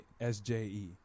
S-J-E